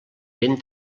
ben